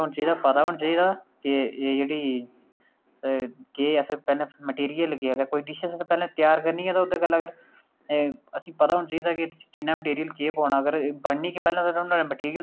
सारे अपने अपने स्थानें उप्पर आह्नियै बेही गे ते इस संगोष्ठी च ओह्बी बैठी ते सारे कवि आइयै बैठे ते सब तू पैह्लें मीराबाई आक्खन लग्गी कि